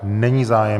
Není zájem.